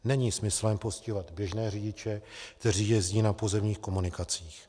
Není smyslem postihovat běžné řidiče, kteří jezdí na pozemních komunikacích.